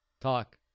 talk